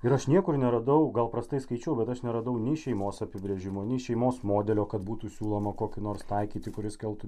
ir aš niekur neradau gal prastai skaičiau bet aš neradau nei šeimos apibrėžimo nei šeimos modelio kad būtų siūloma kokį nors taikyti kuris keltų